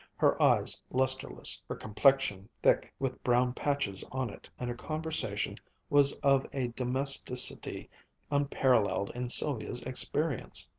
her eyes lusterless, her complexion thick, with brown patches on it, and her conversation was of a domesticity unparalleled in sylvia's experience.